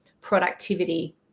productivity